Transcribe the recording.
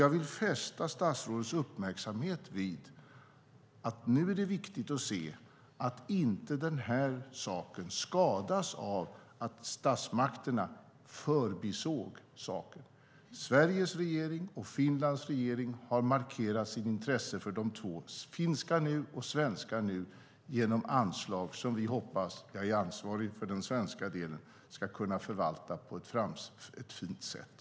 Jag vill fästa statsrådets uppmärksamhet vid att det nu är viktigt att se att denna sak inte skadas av att statsmakterna förbisåg saker. Sveriges regering och Finlands regering har markerat sitt intresse för de två projekten - Finska nu och Svenska nu - genom anslag som vi hoppas ska kunna förvaltas på ett fint sätt. Jag är ansvarig för den svenska delen.